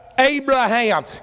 Abraham